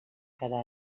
cada